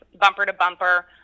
bumper-to-bumper